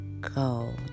go